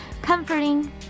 comforting